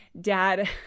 dad